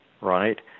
right